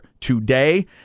today